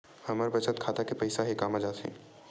हमर बचत खाता के पईसा हे कामा जाथे?